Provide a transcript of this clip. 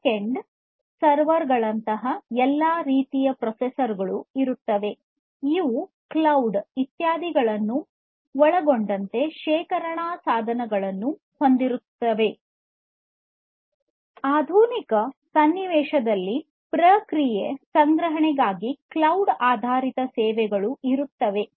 backend server ಗಳಲ್ಲಿ ಎಲ್ಲಾ ರೀತಿಯ ಪ್ರೊಸೆಸರ್ ಗಳು ಕ್ಲೌಡ್ ಒಳಗೊಂಡಂತೆ ಶೇಖರಣಾ ಸಾಧನಗಳ ಸೇವೆಗಳು ಇರುತ್ತವೆ